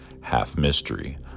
half-mystery